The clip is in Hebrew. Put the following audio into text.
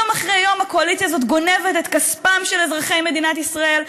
יום אחרי יום הקואליציה הזאת גונבת את כספם של אזרחי מדינת ישראל,